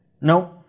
No